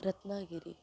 Ratnagiri